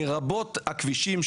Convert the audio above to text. לרבות הכבישים,